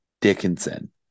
Dickinson